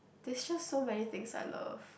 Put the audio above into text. there's just so many things I love